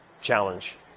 challenge